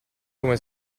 come